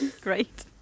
Great